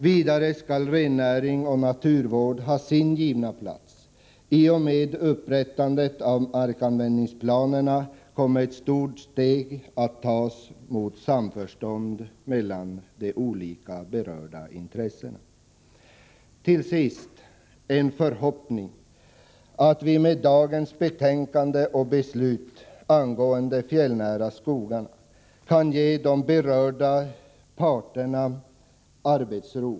Vidare skall rennäring och naturvård ha sin givna plats. I och med upprättandet av markanvändningsplaner kommer ett stort steg att tas mot samförstånd mellan de olika berörda intressena. Till sist vill jag uttala en förhoppning, att vi med dagens betänkande och beslut angående de fjällnära skogarna kan ge de berörda parterna arbetsro.